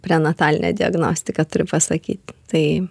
prenatalinę diagnostiką turiu pasakyt tai